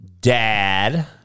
dad